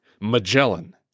Magellan